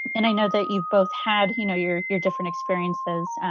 and i know that you both had you know your your different experiences,